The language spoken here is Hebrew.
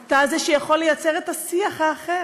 אתה זה שיכול לייצר את השיח האחר,